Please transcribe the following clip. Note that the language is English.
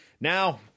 now